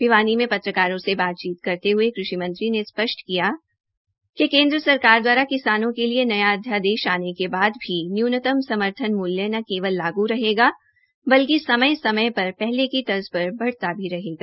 भिवानी में पत्रकारों से बातचीत करते हुए कृषि मंत्री ने स्पष्ट किया कि केंद्र सरकार द्वारा किसानों के लिए नया अध्ययादेश आने के बाद भी न्यूनतम समर्थन मूल्य न केवल लागू रहेगा बल्कि समय समय पर पहले की तर्ज पर बढता भी रहेगा